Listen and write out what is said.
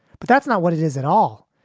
but that's not what it is at all.